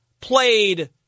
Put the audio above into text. played